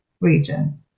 region